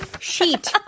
sheet